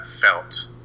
felt